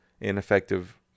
ineffective